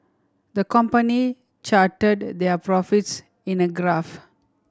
the company charted their profits in a graph